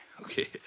okay